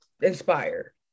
inspired